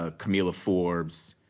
ah kamilah forbes